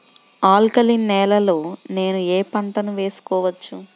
Alkaline నేలలో నేనూ ఏ పంటను వేసుకోవచ్చు?